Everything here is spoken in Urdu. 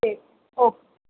ٹھیک ہے اوک